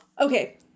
Okay